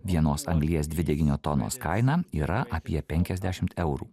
vienos anglies dvideginio tonos kaina yra apie penkiasdešimt eurų